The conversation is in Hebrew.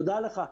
תודה לך.